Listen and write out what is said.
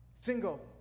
Single